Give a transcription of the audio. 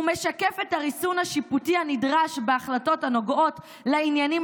הוא משקף את הריסון השיפוטי הנדרש בהחלטות הנוגעות לעניינים